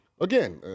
again